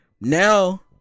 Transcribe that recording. Now